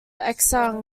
exile